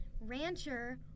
Rancher